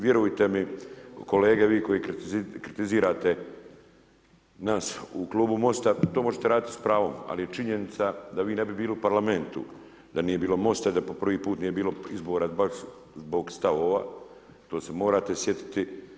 Vjerujete mi, kolege vi koji kritizirate nas u klubu MOST-a, to možete raditi s pravom, ali je činjenica da vi ne bi bili u parlamentu da nije bilo MOST-a i da po prvi put nije bilo izbora baš zbog stavova, to se morate sjetiti.